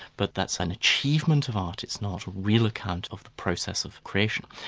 but that's an achievement of art, it's not a real account of the process of creation.